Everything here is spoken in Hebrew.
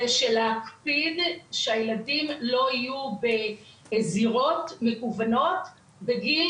זה להקפיד שהילדים לא יהיו בזירות מכוונות בגיל